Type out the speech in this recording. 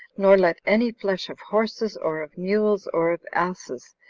nor let any flesh of horses, or of mules, or of asses,